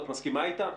את מסכימה איתה?